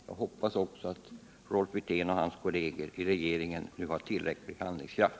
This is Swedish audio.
Jag hoppas också att Rolf Wirtén och hans kolleger i regeringen nu har tillräcklig handlingskraft.